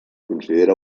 considera